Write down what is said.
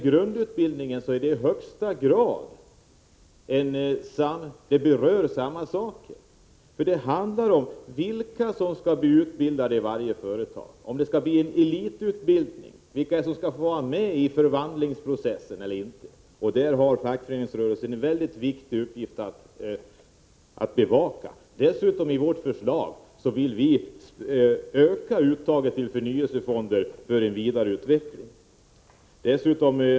Grundutbildningen berör i högsta grad samma saker. Det handlar om vilka som skall bli utbildade i varje företag. Skall det vara en elitutbildning? Vilka skall få vara med i förvandlingsprocessen? Här har fackföreningsrörelsen en mycket viktig bevakningsuppgift. I vårt förslag vill vi öka uttaget ur förnyelsefonderna för en vidare utveckling.